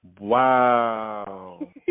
Wow